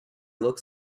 looked